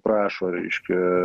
prašo reiškia